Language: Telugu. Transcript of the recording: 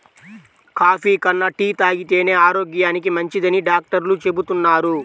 కాఫీ కన్నా టీ తాగితేనే ఆరోగ్యానికి మంచిదని డాక్టర్లు చెబుతున్నారు